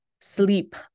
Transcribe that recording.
sleep